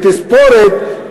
בתספורת,